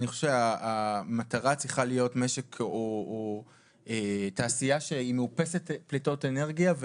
אני חושב שהמטרה צריכה להיות תעשייה שהיא מאופסת פלטות אנרגיה.